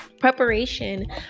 Preparation